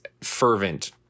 fervent